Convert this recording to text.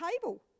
table